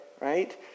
right